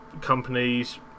companies